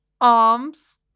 Arms